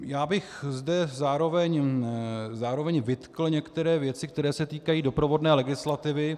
Já bych zde zároveň vytkl některé věci, které se týkají doprovodné legislativy.